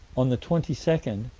on the twenty second,